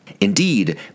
Indeed